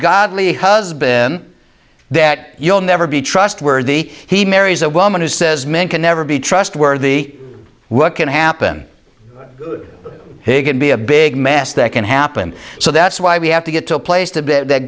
godly husband that you'll never be trustworthy he marries a woman who says men can never be trustworthy what can happen higbee a big mess that can happen so that's why we have to get to a place to